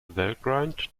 valgrind